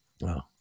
Wow